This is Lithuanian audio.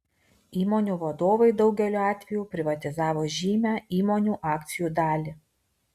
įmonių vadovai daugeliu atveju privatizavo žymią įmonių akcijų dalį